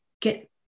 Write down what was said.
get